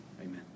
Amen